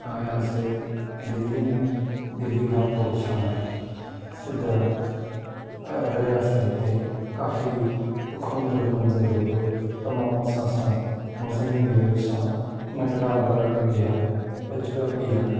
असां आहियासीं दिल्ली में दिल्ली खां पोइ असां सिधा रहियासीं हिते काफ़ी ॾुखाईंदड़ु मंज़र हुओ तमामु असां सां वज़न बि हुओ साण नंढड़ा ॿार बि हुआ बचड़ा बि हुआ